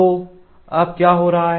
तो अब क्या हो रहा है